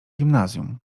gimnazjum